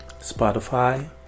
Spotify